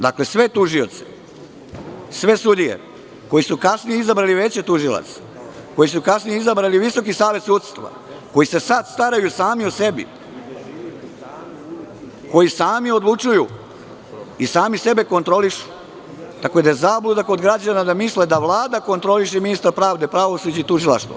Dakle, sve tužioce, sve sudije koje su kasnije izabrale veće tužilaca, koje su kasnije izabrali Visoki savet sudstva, koje se sada staraju sami o sebi, koji sami odlučuju i sami sebe kontrolišu, tako da je zabluda kod građana da misle da Vlada kontroliše i ministra pravde, pravosuđe i tužilaštvo.